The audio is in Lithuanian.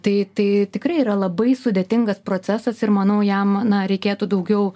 tai tai tikrai yra labai sudėtingas procesas ir manau jam na reikėtų daugiau